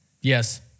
Yes